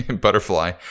butterfly